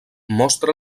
mostra